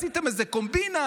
עשיתם איזו קומבינה,